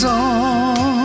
on